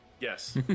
Yes